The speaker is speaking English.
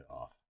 off